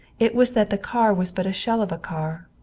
it was that the car was but a shell of a car.